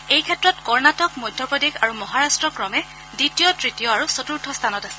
এই ক্ষেত্ৰত কৰ্ণাটক মধ্যপ্ৰদেশ আৰু মহাৰাষ্ট্ৰ ক্ৰমে দ্বিতীয় তৃতীয় আৰু চতুৰ্থ স্থানত আছে